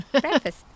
Breakfast